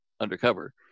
undercover